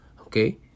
Okay